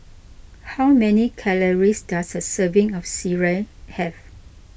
how many calories does a serving of Sireh have